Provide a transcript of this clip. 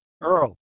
Earl